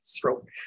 throat